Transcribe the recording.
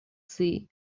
see